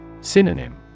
Synonym